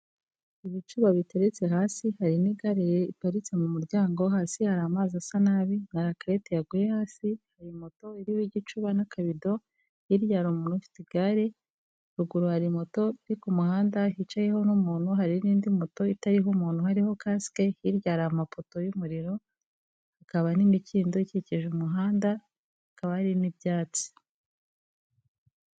Ibicuba biteretse hasi hari n'igare riparitse mu muryango. Hasi hari amazi asa nabi na lakerete yaguye hasi. Hari moto iriho igicuba n'akabido. Hirya hari umuntu ufite igare. Ruguru hari moto iri ku muhanda hicayeho n'umuntu. Hari n'indi moto itariho umuntu hariho casque. Hirya hari amapoto y'umuriro, hakaba n'imikindo ikikije umuhanda, hakaba hari n'ibyatsi.